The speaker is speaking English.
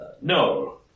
No